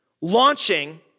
launching